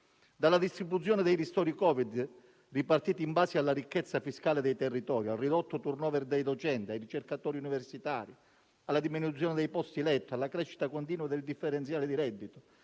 provvedimenti ristori, ripartiti in base alla ricchezza fiscale dei territori, al ridotto *turnover* dei docenti e dei ricercatori universitari, alla diminuzione dei posti letto, alla crescita continua del differenziale di reddito,